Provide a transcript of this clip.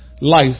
life